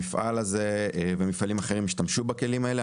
המפעל הזה ומפעלים אחרים השתמשו בכלים האלה,